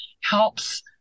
helps